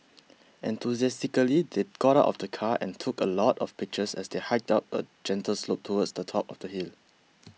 enthusiastically they got out of the car and took a lot of pictures as they hiked up a gentle slope towards the top of the hill